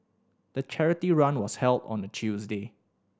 the charity run was held on a Tuesday